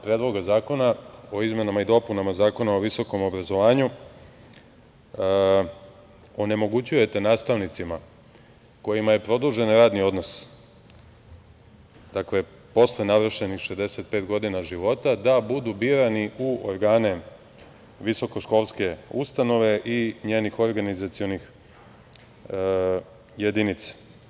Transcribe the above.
Predloga zakona o izmenama i dopunama Zakona o visokom obrazovanju onemogućujete nastavnicima kojima je produžen radni odnos posle navršenih 65 godina života da budu birani u organe visokoškolske ustanove i njenih organizacionih jedinica.